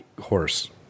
horse